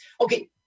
Okay